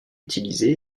utilisé